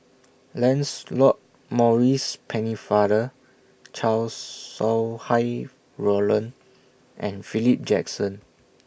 Lancelot Maurice Pennefather Chow Sau Hai Roland and Philip Jackson